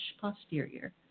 posterior